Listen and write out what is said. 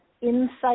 insight